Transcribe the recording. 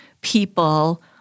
people